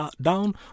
down